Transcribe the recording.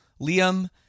Liam